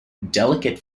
delicate